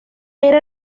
era